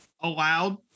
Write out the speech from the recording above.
allowed